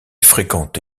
fréquente